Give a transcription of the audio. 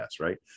right